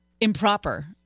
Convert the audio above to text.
improper